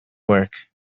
work